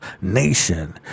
Nation